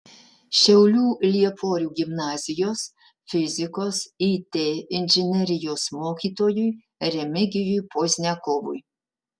šiaulių lieporių gimnazijos fizikos it inžinerijos mokytojui remigijui pozniakovui